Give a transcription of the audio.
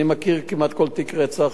אני מכיר כמעט כל תיק רצח,